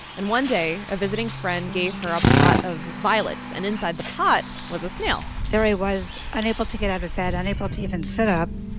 and one day, a visiting friend gave her a pot of violets. and inside the pot was a snail there i was, unable to get out of bed, unable to even sit up.